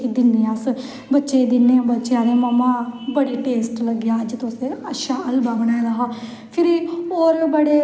सब ठीक ठाक होंदा ओह्दे बाद च साढ़ै आई जंदा ऐ ओह्दा ध्यार केह् बोलदे